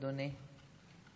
אדוני.